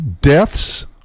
deaths